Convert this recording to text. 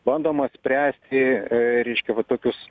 bandoma spręsti reiškia va tokius